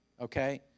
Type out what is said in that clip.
okay